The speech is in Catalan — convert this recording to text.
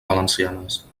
valencianes